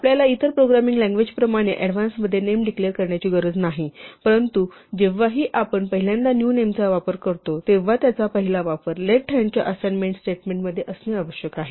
आपल्याला इतर programming language प्रमाणे ऍडव्हान्स मध्ये नेम डिक्लेर करण्याची गरज नाही परंतु जेव्हाही आपण पहिल्यांदा न्यू नेमचा वापर करतो तेव्हा त्याचा पहिला वापर लेफ्ट हॅन्डच्या असाइनमेंट स्टेटमेंटमध्ये असणे आवश्यक आहे